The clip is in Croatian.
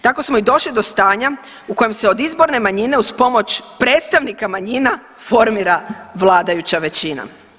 Tako smo i došli do stanja u kojem se od izborne manjine uz pomoć predstavnika manjina formira vladajuća većina.